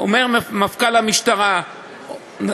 מפכ"ל המשטרה אומר,